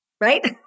right